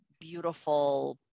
beautiful